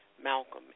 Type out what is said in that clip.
Malcolm